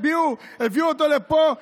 הביאו לפה חולה.